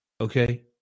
Okay